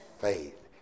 Faith